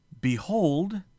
behold